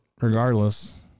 regardless